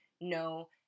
no